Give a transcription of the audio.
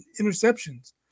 interceptions